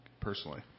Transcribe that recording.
personally